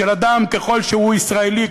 של אדם שככל שהוא ישראלי,